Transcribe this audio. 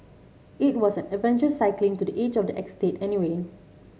it was an adventure cycling to the edge of the estate anyway